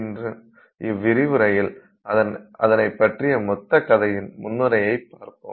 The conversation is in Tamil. இன்று இவ்விரிவுரையில் அதனை பற்றிய மொத்த கதையின் முன்னுரையை பார்ப்போம்